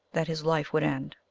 that his life would end.